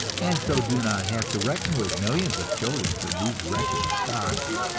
and so do not have to reckon with millions of children from these wretched stocks.